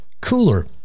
cooler